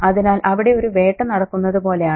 അതിനാൽ അവിടെ ഒരു വേട്ട നടക്കുന്നത് പോലെയാണ്